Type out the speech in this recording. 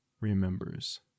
remembers